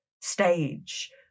stage